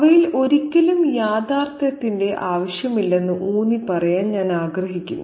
അവയിൽ ഒരിക്കലും യാഥാർത്ഥ്യത്തിന്റെ ആവശ്യമില്ലെന്ന് ഊന്നിപ്പറയാൻ ഞാൻ ആഗ്രഹിക്കുന്നു